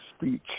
speech